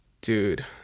Dude